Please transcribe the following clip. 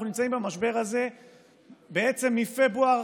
אנחנו נמצאים במשבר הזה בעצם מפברואר,